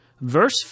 Verse